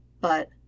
But